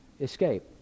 escape